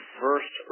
first